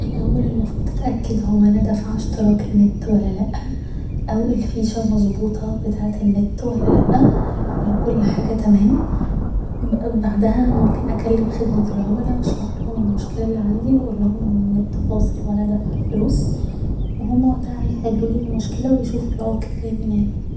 الأول المفروض تتأكد هو أنا دافع اشتراك النت ولا لا او الفيشة مظبوطة بتاعة النت ولا لا لو كل حاجة تمام بعدها ممكن اكلم خدمة العملا اشرحلهم المشكلة اللي عندي و أقولهم ان النت فاصل وانا دافعة الفلوس و هما وقتها هيحلولي المشكلة و يشوفوا العطل جاي منين